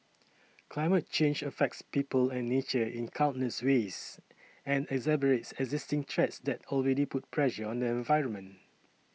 climate change affects people and nature in countless ways and exacerbates existing threats that already put pressure on the environment